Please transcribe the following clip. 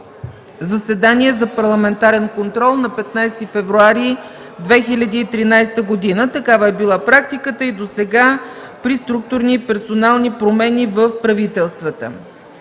заседание за парламентарен контрол на 15 февруари 2013 г. Такава е била практиката досега при структурни и персонални промени в правителствата.